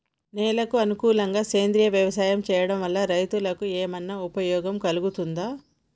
నేలకు అనుకూలంగా సేంద్రీయ వ్యవసాయం చేయడం వల్ల రైతులకు ఏమన్నా ఉపయోగం కలుగుతదా?